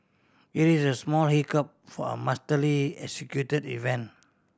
it is a small hiccup for a masterly executed event